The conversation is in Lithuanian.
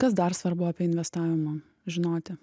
kas dar svarbu apie investavimą žinoti